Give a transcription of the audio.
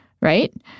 right